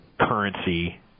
currency –